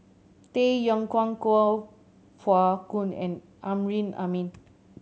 Tay Yong Kwang Kuo Pao Kun and Amrin Amin